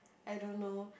I don't know